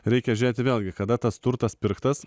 reikia žiūrėti vėlgi kada tas turtas pirktas